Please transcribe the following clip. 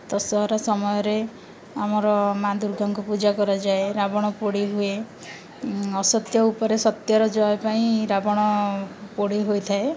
ଦଶହରା ସମୟରେ ଆମର ମା' ଦୁର୍ଗାଙ୍କୁ ପୂଜା କରାଯାଏ ରାବଣ ପୋଡ଼ି ହୁଏ ଅସତ୍ୟ ଉପରେ ସତ୍ୟର ଜୟ ପାଇଁ ରାବଣ ପୋଡ଼ି ହୋଇଥାଏ